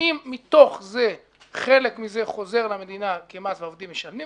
האם מתוך זה חלק מזה חוזר למדינה כמס והעובדים משלמים